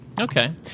Okay